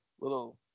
little